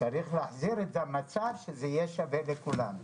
צריך להחזיר את המצב שזה יהיה שווה לכולם.